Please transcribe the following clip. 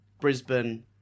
Brisbane